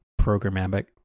programmatic